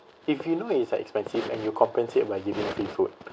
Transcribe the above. if you know it's like expensive and you compensate by giving free food